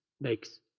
makes